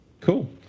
Cool